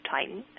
Titan